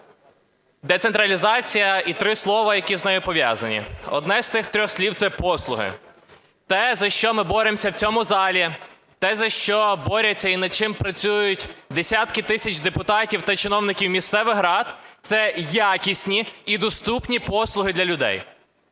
Децентралізація і три слова, які з нею пов'язані, одне з цих трьох слів – це послуги. Те, за що ми боремося в цьому залі, те, за що борються і над чим працюють десятки тисяч депутатів та чиновників місцевих рад, – це якісні і доступні послуги для людей.